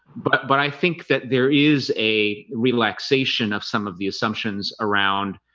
but but i think that there is a relaxation of some of the assumptions around